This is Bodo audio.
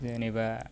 जेनेबा